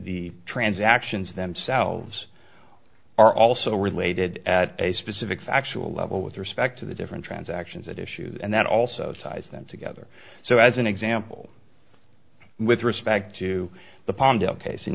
the transactions themselves are also related at a specific factual level with respect to the different transactions at issue and that also ties them together so as an example with respect to the pando case and